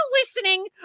listening